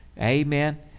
amen